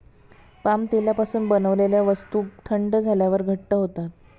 palm तेलापासून बनवलेल्या वस्तू थंड झाल्यावर घट्ट होतात